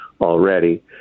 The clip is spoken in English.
already